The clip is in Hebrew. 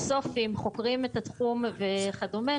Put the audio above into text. הצורך בעידוד חדשנות בתחום התחבורה והטמעת טכנולוגיות